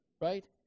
right